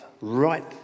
right